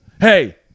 Hey